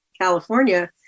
California